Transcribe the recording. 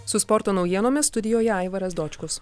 su sporto naujienomis studijoje aivaras dočkus